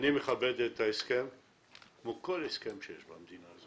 אני מכבד את ההסכם כמו כל הסכם שיש במדינה.